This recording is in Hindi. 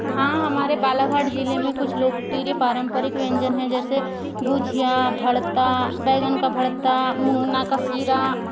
हाँ हमारे बालाघाट जिले में कुछ लोकप्रिय पारम्परिक व्यंजन हैं जैसे गुझिया भड़ता बैगन का भड़ता मुँहना का सीरा